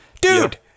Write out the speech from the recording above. Dude